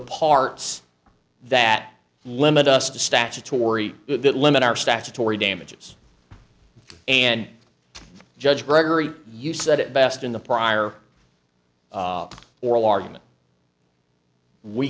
parts that limit us to statutory it limit our statutory damages and judge gregory you said it best in the prior oral argument we